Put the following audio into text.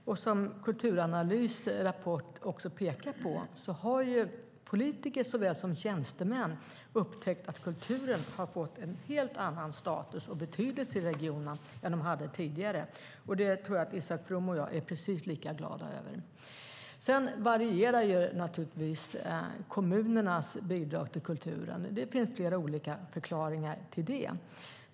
Som rapporten från Kulturanalys också pekar på har politiker såväl som tjänstemän upptäckt att kulturen har fått en helt annan status och betydelse i regionerna än den hade tidigare. Det tror jag att Isak From och jag är precis lika glada över. Sedan varierar naturligtvis kommunernas bidrag till kulturen. Det finns olika förklaringar till det.